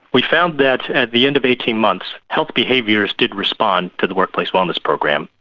we found that at the end of eighteen months, health behaviours did respond to the workplace wellness program,